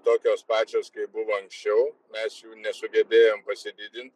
tokios pačios kaip buvo anksčiau mes jų nesugebėjom pasididint